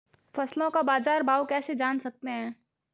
फसलों का बाज़ार भाव कैसे जान सकते हैं?